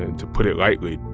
and to put it lightly,